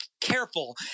careful